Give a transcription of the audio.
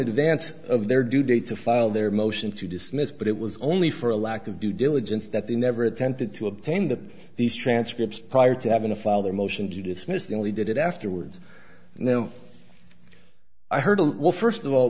advance of their due date to file their motion to dismiss but it was only for a lack of due diligence that they never attempted to obtain that these transcripts prior to having a file their motion to dismiss the only did it afterwards no i heard first of all